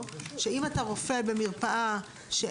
לפעמים הוא המרפאה,